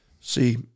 see